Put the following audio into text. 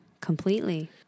completely